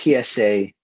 PSA